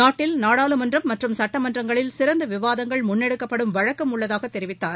நாட்டில் நாடாளுமன்றம் மற்றும் சுட்டமன்றங்களில் சிறந்த விவாதங்கள் முன்னெடுக்கப்படும் வழக்கம் உள்ளதாக தெரிவித்தார்